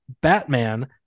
Batman